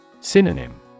Synonym